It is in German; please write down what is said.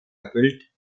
erfüllt